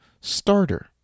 starter